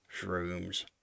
shrooms